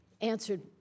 answered